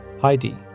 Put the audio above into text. Heidi